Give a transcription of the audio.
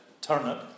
turnip